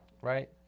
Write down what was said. right